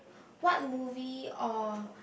what movie or